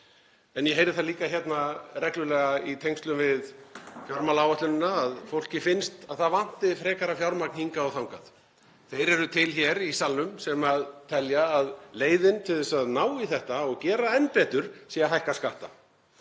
En ég heyri það líka hérna reglulega í tengslum við fjármálaáætlun núna að fólki finnist að það vanti frekara fjármagn hingað og þangað. Þeir eru til hér í salnum sem telja að leiðin til þess að ná í þetta og gera enn betur sé að hækka skatta.